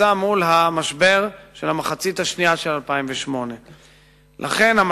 מול המשבר של המחצית השנייה של 2008. לכן,